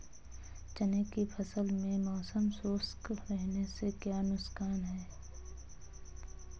चने की फसल में मौसम शुष्क रहने से क्या नुकसान है?